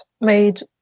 made